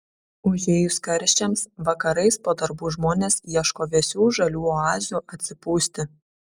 užėjus karščiams vakarais po darbų žmonės ieško vėsių žalių oazių atsipūsti